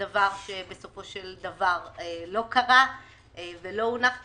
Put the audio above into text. דבר שבסופו של דבר לא קרה ולא הונח תקציב.